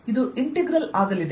ಇದು ಇಂಟಿಗ್ರಲ್ ಆಗಲಿದೆ